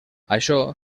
això